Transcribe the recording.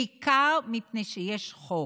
בעיקר מפני שיש חוק,